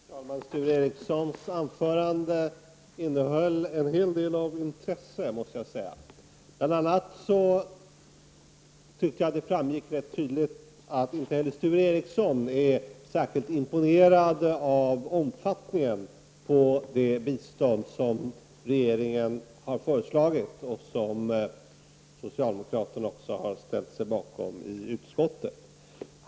Herr talman! Sture Ericsons anförande innehöll en hel del av intresse. Det framgick bl.a. rätt tydligt att inte heller Sture Ericson är särskilt imponerad av omfattningen av det bistånd som regeringen har föreslagit och som också socialdemokraterna i utskottet har ställt sig bakom.